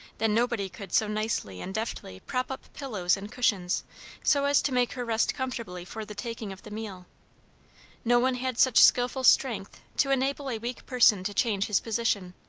then nobody could so nicely and deftly prop up pillows and cushions so as to make her rest comfortably for the taking of the meal no one had such skilful strength to enable a weak person to change his position.